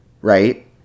right